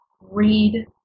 read